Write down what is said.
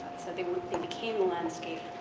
so they became the landscape,